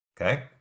okay